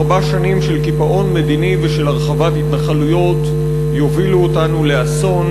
ארבע שנים של קיפאון מדיני ושל הרחבת התנחלויות יובילו אותנו לאסון.